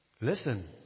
Listen